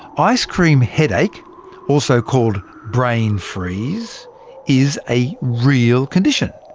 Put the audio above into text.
ice-cream headache also called brain freeze is a real condition.